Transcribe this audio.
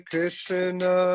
Krishna